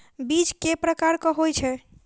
बीज केँ प्रकार कऽ होइ छै?